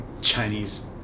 chinese